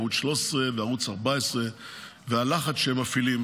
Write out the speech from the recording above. ערוץ 13 וערוץ 14 והלחץ שהם מפעילים.